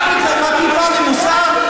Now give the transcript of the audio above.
את מטיפה לי מוסר?